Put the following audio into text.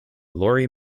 laurie